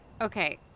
okay